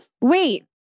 wait